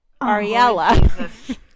Ariella